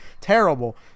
terrible